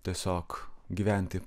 tiesiog gyventi